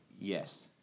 Yes